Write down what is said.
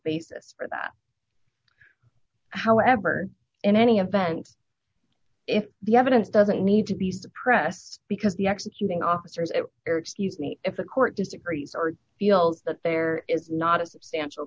basis for that however in any event if the evidence doesn't need to be suppressed because the executing officers it or excuse me if the court disagrees or feels that there is not a substantial